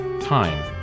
time